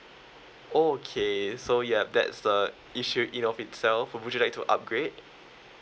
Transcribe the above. oh okay so yup that's the issue you know itself or would you like to upgrade